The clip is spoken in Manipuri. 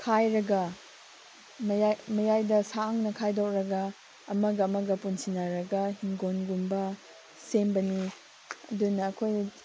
ꯈꯥꯏꯔꯒ ꯃꯌꯥꯏꯗ ꯁꯥꯡꯅ ꯈꯥꯏꯗꯣꯛꯂꯒ ꯑꯃꯒ ꯑꯃꯒ ꯄꯨꯟꯁꯤꯟꯅꯔꯒ ꯏꯪꯈꯣꯜꯒꯨꯝꯕ ꯁꯦꯝꯕꯅꯤ ꯑꯗꯨꯅ ꯑꯩꯈꯣꯏ